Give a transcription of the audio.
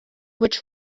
which